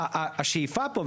השאיפה פה,